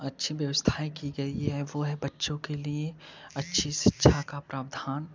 अच्छी व्यवस्थाएँ कि गई हैं वो हैं बच्चों के लिए अच्छी शिक्षा का प्रावधान